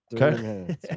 Okay